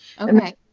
Okay